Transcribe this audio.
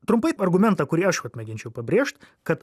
trumpai argumentą kurį aš vat mėginčiau pabrėžt kad